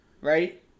Right